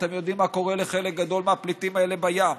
אתם יודעים מה קורה לחלק גדול מהפליטים האלה בים: